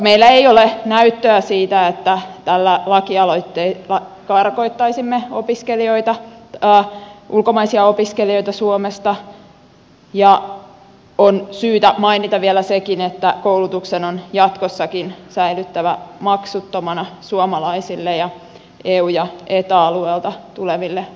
meillä ei ole näyttöä siitä että tällä lakialoitteella karkottaisimme ulkomaisia opiskelijoita suomesta ja on syytä mainita vielä sekin että koulutuksen on jatkossakin säilyttävä maksuttomana suomalaisille ja eu ja eta alueelta tuleville opiskelijoille